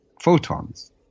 photons